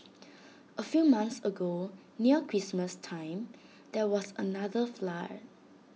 A few months ago near Christmas time there was another flood